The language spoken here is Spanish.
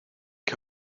que